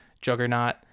Juggernaut